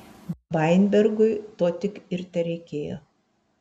vainbergui to tik ir tereikėjo